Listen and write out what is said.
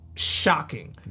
shocking